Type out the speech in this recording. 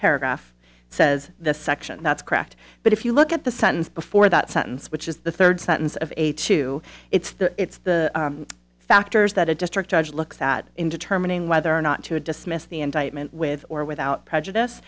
paragraph says the section that's cracked but if you look at the sentence before that sentence which is the third sentence of a two it's the it's the factors that a district judge looks at in determining whether or not to dismiss the indictment with or without prejudice